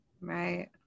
Right